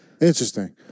Interesting